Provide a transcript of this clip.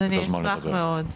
אני אשמח מאוד.